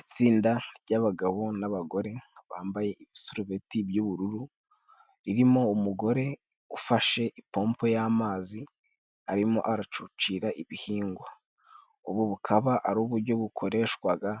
Itsinda ry'abagabo n'abagore bambaye ibisurubeti by'ubururu, ririmo umugore ufashe ipompo y'amazi arimo aracucira ibihingwa, ubu bukaba ari ubujyo bukoreshwaga